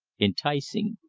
enticing.